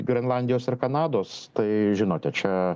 grenlandijos ir kanados tai žinote čia